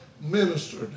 ministered